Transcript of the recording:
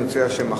אם ירצה השם,